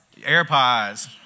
Airpods